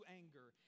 anger